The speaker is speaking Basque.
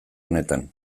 honetan